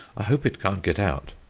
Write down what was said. i hope it can't get out?